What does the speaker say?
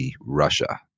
Russia